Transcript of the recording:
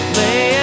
lay